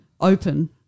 open